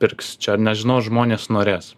pirks čia nežinau žmonės norės